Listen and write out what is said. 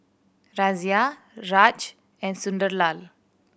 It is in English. Razia Raj and Sunderlal